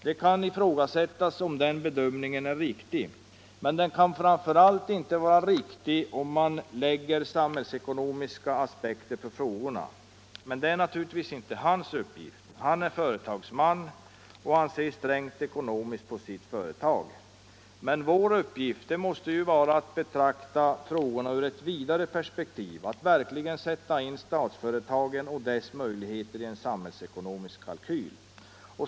Det kan ifrågasättas om den bedömningen är riktig — framför allt kan den inte vara riktig om man lägger samhällsekonomiska aspekter på frågorna. Men det är naturligtvis inte hans uppgift. Han är företagsman och ser strängt ekonomiskt på sitt företag. Men vår uppgift måste vara att beakta frågorna ur ett vidare perspektiv, att verkligen sätta in statsföretagen och deras möjligheter i en samhällsekonomisk kalkyl.